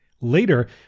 Later